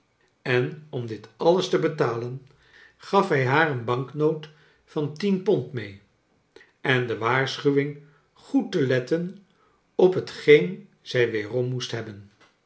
en om dit alles te betalen gaf hij haar een banknoot van tien pond mee en de waarschuwing goed te letten op hetgeen zij weerom moest hebben